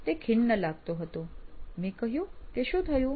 તે ખિન્ન લાગતો હતો મેં કહ્યું કે શું થયું